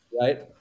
Right